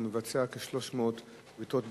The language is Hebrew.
מבצע כ-300 בריתות בשנה,